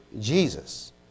Jesus